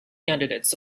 candidates